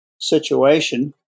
situation